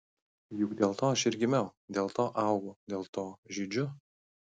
juk dėl to aš ir gimiau dėl to augu dėl to žydžiu